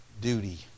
Duty